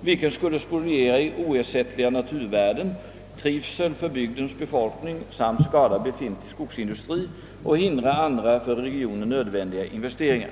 vilken skulle spoliera oersättliga naturvärden, trivsel för bygdens befolkning samt skada befintlig skogsindustri och hindra andra för regionen nödvändiga investeringar.